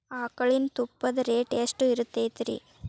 ಆಕಳಿನ ತುಪ್ಪದ ರೇಟ್ ಎಷ್ಟು ಇರತೇತಿ ರಿ?